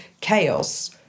chaos